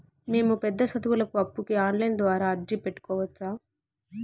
మేము పెద్ద సదువులకు అప్పుకి ఆన్లైన్ ద్వారా అర్జీ పెట్టుకోవచ్చా?